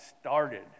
started